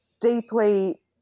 deeply